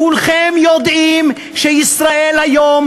כולכם יודעים ש"ישראל היום"